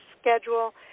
schedule